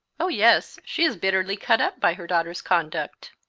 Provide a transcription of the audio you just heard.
oh yes. she is bitterly cut up by her daughter's conduct.